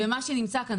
מה שנמצא כאן,